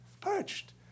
perched